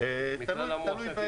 מכלל המועסקים.